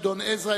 גדעון עזרא,